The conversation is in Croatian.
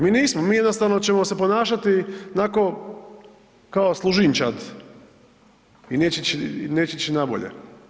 Mi nismo, mi jednostavno ćemo se ponašati nako kao služinčad i neće ići na bolje.